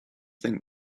think